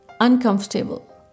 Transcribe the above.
uncomfortable